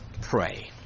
pray